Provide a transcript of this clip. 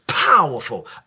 Powerful